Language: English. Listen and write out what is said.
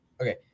Okay